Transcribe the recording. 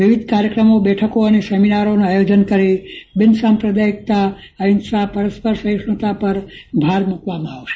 વિવિધ કાર્યક્રમો બેઠકો અને સેમિનારોનું આયોજન કરીને બિનસાંપ્રદાયિકતા અહિંસા અને પરસ્પર સહિષ્યુતા પર ભાર મૂકવામાં આવશે